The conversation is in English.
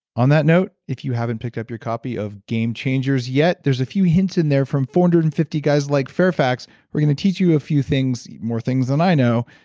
on that note, if you haven't picked up your copy of game changers yet, there's a few hints in there from four hundred and fifty guys like fairfax who are going to teach you a few things, more things than i know.